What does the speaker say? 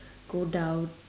go down